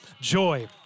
joy